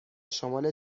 شمال